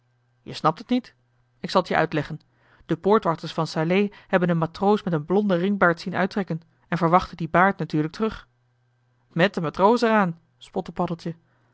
je snapt het niet ik zal t je uitleggen de poortwachters van salé hebben een matroos met een blonden ringbaard zien uittrekken en verwachtten dien baard natuurlijk terug met den matroos er aan spotte paddeltje